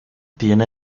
tiene